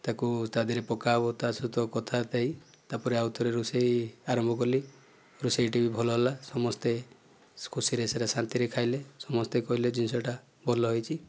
ତାକୁ ତା'ଦେହରେ ପକା ହେବ ତା'ସହିତ କଥାବାର୍ତ୍ତା ହେଇ ତାପରେ ଆଉଥରେ ରୋଷେଇ ଆରମ୍ଭ କଲି ରୋଷେଇଟି ଭଲ ହେଲା ସମସ୍ତେ ଖୁସିରେ ସେହିଟା ଶାନ୍ତିରେ ଖାଇଲେ ସମସ୍ତେ କହିଲେ ଜିନିଷଟା ଭଲ ହୋଇଛି